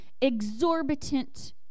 Exorbitant